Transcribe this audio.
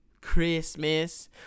Christmas